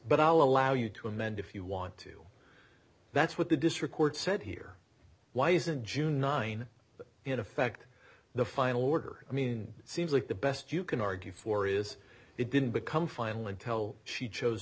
but i'll allow you to amend if you want to that's what the district court said here why isn't june nine in effect the final order i mean it seems like the best you can argue for is it didn't become final until she chose